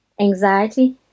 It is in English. anxiety